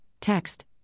Text